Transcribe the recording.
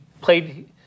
played